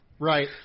Right